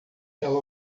ela